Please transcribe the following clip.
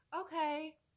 okay